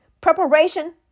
preparation